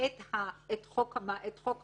את החוק.